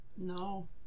No